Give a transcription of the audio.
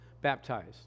baptized